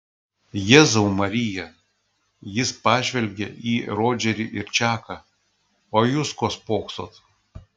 jėzau marija jis pažvelgė į rodžerį ir čaką o jūs ko spoksot